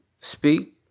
speak